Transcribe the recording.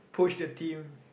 push the team